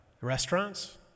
restaurants